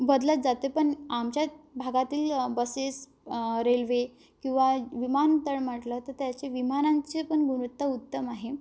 बदलत जाते पण आमच्या भागातील बसेस रेल्वे किंवा विमानतळ म्हटलं तर त्याचे विमानांचे पण गुणवत्ता उत्तम आहे